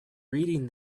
reading